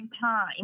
time